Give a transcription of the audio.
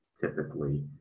typically